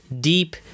deep